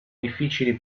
difficili